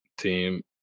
Team